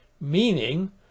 Meaning